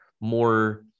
more